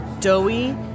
doughy